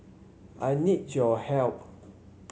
I need your help